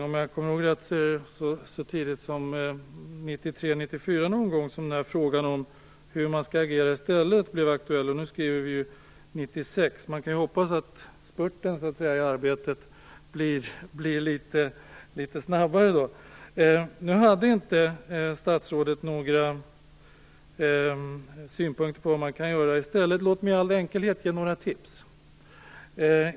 Om jag kommer ihåg rätt var det så tidigt som 1993/94 som frågan hur man skulle agera i stället blev aktuellt. Nu skriver vi 1996. Man kan hoppas att spurten i arbetet blir litet snabbare. Statsrådet hade inte några synpunkter på hur man skulle kunna göra i stället. Låt mig i all enkelhet ge några tips.